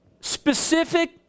specific